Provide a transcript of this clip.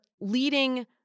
leading